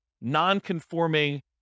non-conforming